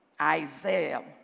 Isaiah